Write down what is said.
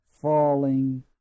falling